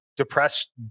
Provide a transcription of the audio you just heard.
depressed